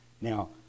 Now